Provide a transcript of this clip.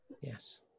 Yes